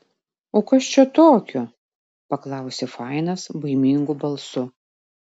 o kas čia tokio paklausė fainas baimingu balsu